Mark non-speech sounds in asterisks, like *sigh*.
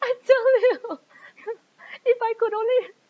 I tell you *laughs* if I could only